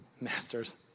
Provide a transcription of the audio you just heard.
masters